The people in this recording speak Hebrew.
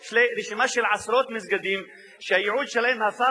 יש לי רשימה של עשרות מסגדים שהייעוד שלהם הפך